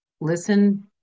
listen